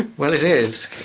and well, it is.